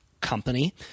company